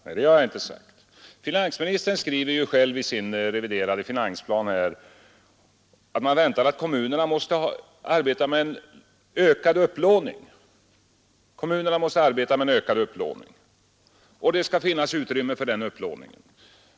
Nej, det har jag inte sagt Finansministern skriver själv i sin reviderade finansplan att kommunerna måste arbeta med en ökad upplåning och att det skall finnas utrymme för den upplåningen.